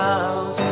out